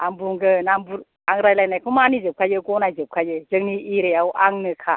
आं बुंगोन आं रायज्लायनायखौ गनायजोबखायो जोंनि एरिया आव आंनोखा